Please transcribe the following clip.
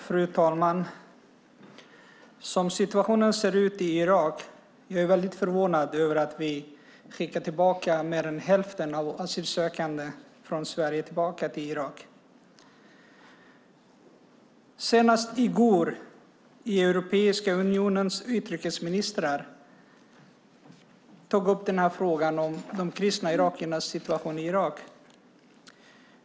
Fru talman! Som situationen ser ut i Irak är jag förvånad över att vi skickar tillbaka fler än hälften av de asylsökande från Sverige till Irak. Senast i går tog Europeiska unionens utrikesministrar upp frågan om de kristna irakiernas situation i Irak.